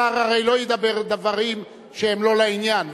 הרי השר לא ידבר דברים שהם לא לעניין,